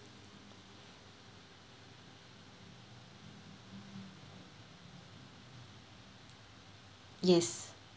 yes